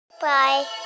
Bye